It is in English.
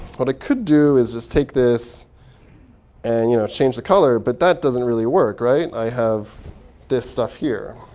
what i could do is just take this and you know change the color. but that doesn't really work, right? i have this stuff here.